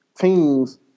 teams